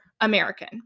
American